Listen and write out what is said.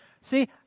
See